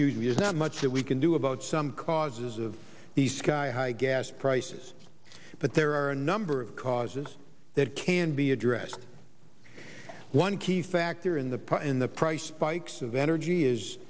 not much that we can do about some causes of the sky high gas prices but there are a number of causes that can be addressed one key factor in the in the price spikes of energy is